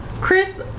Chris